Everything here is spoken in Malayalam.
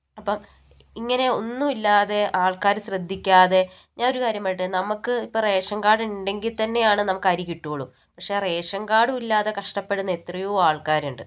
അപ്പം ഇങ്ങനെ ഒന്നും ഇല്ലാതെ ആൾക്കാര് ശ്രദ്ധിക്കാതെ ഞാനൊരു കാര്യം പറയട്ടെ നമക്ക് ഇപ്പം റേഷൻ കാർഡ് ഉണ്ടെങ്കിൽ തന്നെയാണ് നമുക്ക് അരി കിട്ടുവൊള്ളു പക്ഷേ റേഷൻ കാർഡും ഇല്ലാതെ കഷ്ടപ്പെടുന്ന എത്രയോ ആൾക്കാരുണ്ട്